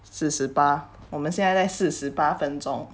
四十八我们现在在四十八分钟